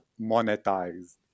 monetized